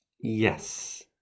Yes